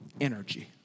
energy